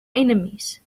enemies